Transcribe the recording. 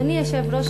אדוני היושב-ראש,